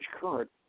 current